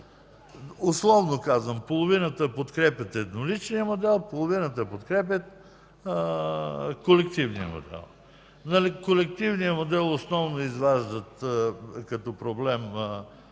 Условно казвам, половината подкрепят едноличния модел, половината подкрепят колективния модел. Подкрепящите колективният модел основно изваждат като проблем